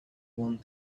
one